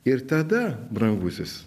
ir tada brangusis